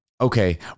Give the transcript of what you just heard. okay